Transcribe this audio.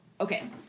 okay